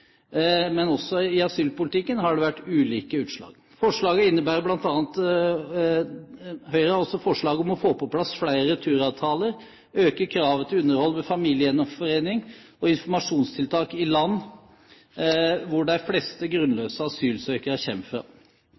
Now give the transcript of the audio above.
Men også i asylpolitikken har det vært ulike utslag. Høyre har også forslag om å få på plass flere returavtaler, øke kravet til underhold ved familiegjenforening og informasjonstiltak i land hvor de fleste grunnløse